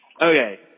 Okay